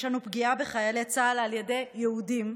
יש לנו פגיעה בחיילי צה"ל על ידי יהודים,